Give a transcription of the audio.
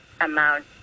amount